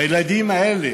הילדים האלה,